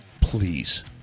please